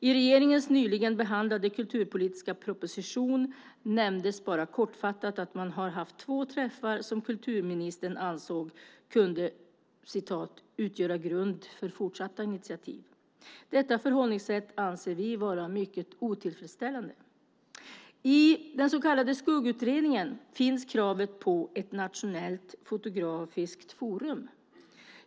I regeringens nyligen behandlade kulturpolitiska proposition nämndes bara kortfattat "att man har haft två träffar som kulturministern ansåg kunde 'utgöra grund för fortsatta initiativ'". Detta förhållningssätt anser vi vara mycket otillfredsställande. I den så kallade skuggutredningen finns kravet på ett nationellt fotografiskt forum.